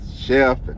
chef